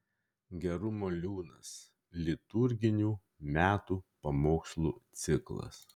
gerumo liūnas liturginių metų pamokslų ciklas